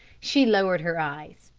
she lowered her eyes.